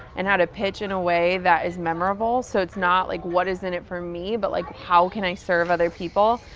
and how to pitch in a way that is memorable, so it's not like, what is in it for me, but like, how can i serve other people?